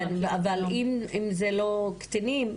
כן, אבל אם זה לא קטינים?